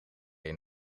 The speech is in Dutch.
een